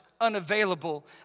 unavailable